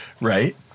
Right